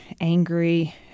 angry